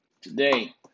today